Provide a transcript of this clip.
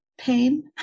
pain